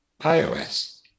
iOS